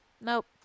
Nope